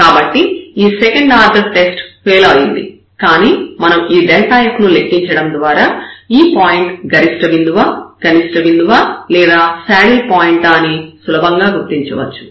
కాబట్టి ఈ second order test fail అయింది కానీ మనం f ను లెక్కించడం ద్వారా ఈ పాయింట్ గరిష్ట బిందువా కనిష్ట బిందువా లేదా శాడిల్ పాయింటా అని సులభంగా గుర్తించవచ్చు